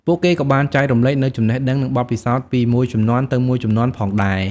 ពួកគេក៏បានចែករំលែកនូវចំណេះដឹង និងបទពិសោធន៍ពីមួយជំនាន់ទៅមួយជំនាន់ផងដែរ។